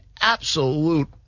absolute –